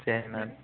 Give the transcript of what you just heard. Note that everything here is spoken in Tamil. சரி மேம்